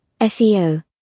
SEO